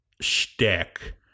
Shtick